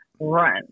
run